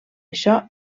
això